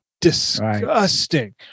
disgusting